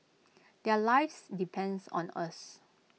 their lives depend on us